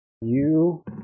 You-